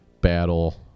battle